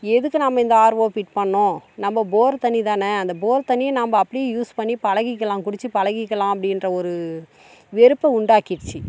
எதுக்கு நம்ப இந்த ஆர்ஓ ஃபிட் பண்னோம் நம்ப போர் தண்ணி தானே அந்த போர் தண்ணியை நம்ப அப்படியே யூஸ் பண்ணி பழகிக்கலாம் குடிச்சி பழகிக்கலாம் அப்படின்ற ஒரு வெறுப்பை உண்டாக்கிடுச்சு